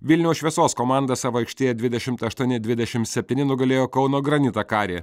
vilniaus šviesos komanda savo aikštėje dvidešimt aštuoni dvidešim septyni nugalėjo kauno granitą karį